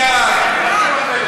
כי אני אסביר לך למה.